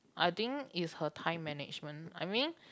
I think is her time management I mean